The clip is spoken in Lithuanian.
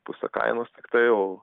pusė kainos tiktai o